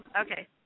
Okay